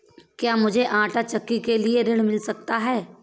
क्या मूझे आंटा चक्की के लिए ऋण मिल सकता है?